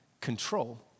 control